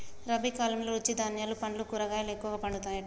రబీ కాలంలో చిరు ధాన్యాలు పండ్లు కూరగాయలు ఎక్కువ పండుతాయట